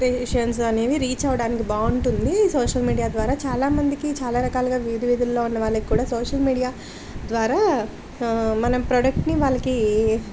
expectations అనేవి reach అవ్వడానికి బాగుంటుంది సోషల్ మీడియా ద్వారా చాలామందికి చాలా రకాలుగా వీధి వీధుల్లో ఉన్న వాళ్ళకి కూడా సోషల్ మీడియా ద్వారా మనం ప్రోడక్ట్ని వాళ్ళకి